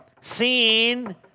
seen